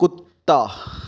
ਕੁੱਤਾ